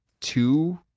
two